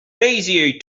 bezier